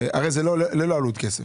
הרי זה ללא עלות כסף.